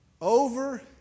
Over